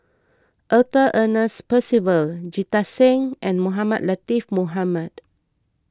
Arthur Ernest Percival Jita Singh and Mohamed Latiff Mohamed